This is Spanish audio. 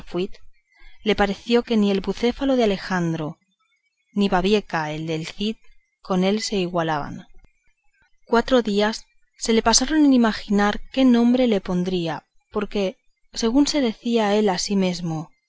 le pareció que ni el bucéfalo de alejandro ni babieca el del cid con él se igualaban cuatro días se le pasaron en imaginar qué nombre le pondría porque según se decía él a sí mesmo